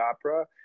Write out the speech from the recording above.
Opera